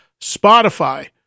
Spotify